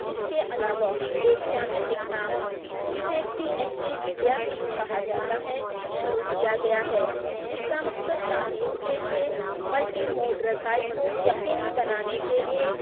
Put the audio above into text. اِس کے علاوہ ایک جامع اقدام جسے پی ایم ای ودیا کہا جاتا ہے شروع کیا گیا ہے جس کا مقصد تعلیم کے لئے ملٹی موڈ رسائی کو یقینی بنانے کے لئے